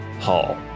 hall